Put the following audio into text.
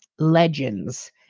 Legends